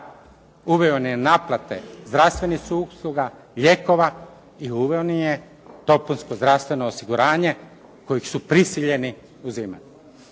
uveo je naplate zdravstvenih usluga, lijekova i uveo je dopunsko zdravstveno osiguranje kojeg su prisiljeni uzimati.